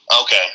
Okay